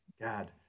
God